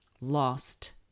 lost